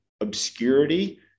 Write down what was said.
obscurity